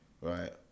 Right